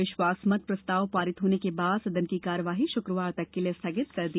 विश्वास मत प्रस्ताव पारित होने के बाद सदन की कार्यवाही शुक्रवार तक के लिए स्थगित कर दी